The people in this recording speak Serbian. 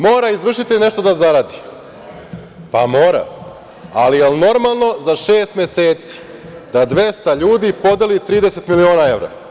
Mora izvršitelj nešto da zaradi, pa mora, ali da li je normalno za šest meseci da 200 ljudi podeli 30 miliona evra?